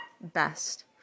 best